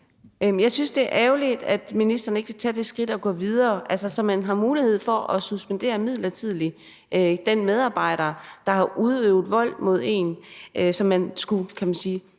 Jeg synes, det er ærgerligt, at ministeren ikke vil tage det skridt og gå videre, så man har mulighed for midlertidigt at suspendere den medarbejder, der har udøvet vold mod en, som man skulle passe